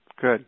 Good